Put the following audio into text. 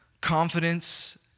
confidence